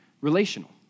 relational